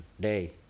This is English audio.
day